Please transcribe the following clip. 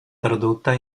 tradotta